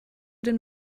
den